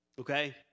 Okay